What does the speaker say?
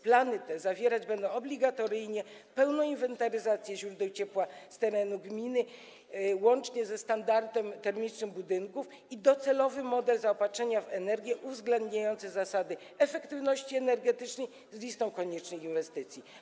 Plany te obejmować będą obligatoryjnie pełną inwentaryzację źródeł ciepła z terenu gminy, łącznie ze standardem termicznym budynków, i docelowy model zaopatrzenia w energię uwzględniający zasady efektywności energetycznej z listą koniecznych inwestycji.